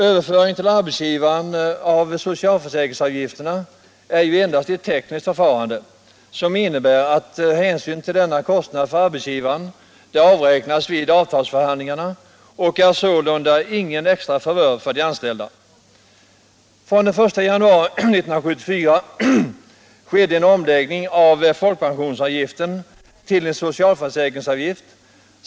Överföringen till arbetsgivaren av socialförsäkringsavgifterna är ju endast ett tekniskt förfarande, som innebär att hänsyn till denna kostnad för arbetsgivaren avräknas vid avtalsförhandlingarna, och är sålunda ingen extra favör för de anställda. Från den 1 januari 1974 skedde en omläggning av folkpensionsavgiften till en socialförsäkringsavgift.